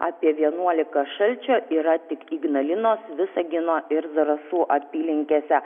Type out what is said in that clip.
apie vienuolika šalčio yra tik ignalinos visagino ir zarasų apylinkėse